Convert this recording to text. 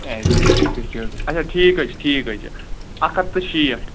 اچھا ٹھیٖک حظ چھُ ٹھیٖک حظ چھُ اَکھ ہتھ تہٕ شیٹھ